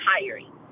hiring